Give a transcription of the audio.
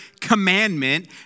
commandment